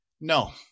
No